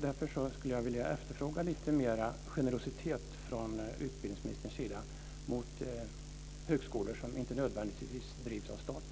Därför skulle jag vilja efterfråga lite mer generositet från utbildningsministerns sida mot högskolor som inte nödvändigtvis drivs av staten.